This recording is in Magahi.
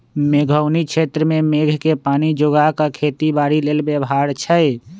मेघोउनी क्षेत्र में मेघके पानी जोगा कऽ खेती बाड़ी लेल व्यव्हार छै